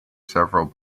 several